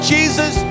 Jesus